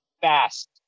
fast